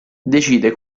decide